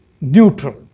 neutral